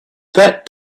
that